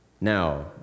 now